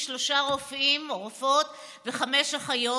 יש שלושה רופאים או רופאות וחמש אחיות.